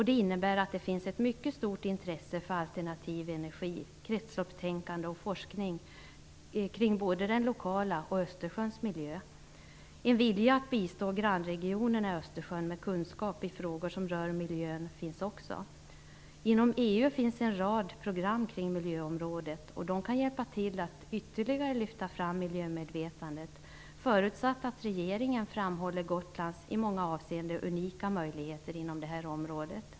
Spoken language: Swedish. Det innebär att det finns ett mycket stort intresse för alternativ energi, kretsloppstänkande och forskning kring både den lokala miljön och Östersjöns miljö. Det finns också en vilja att bistå grannregionerna i Östersjön med kunskap i frågor som rör miljön. Inom EU finns en rad program på miljöområdet. De kan hjälpa till att ytterligare lyfta fram miljömedvetandet, förutsatt att regeringen framhåller Gotlands, i många avseenden, unika möjligheter inom detta område.